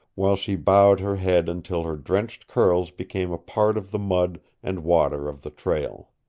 while she bowed her head until her drenched curls became a part of the mud and water of the trail.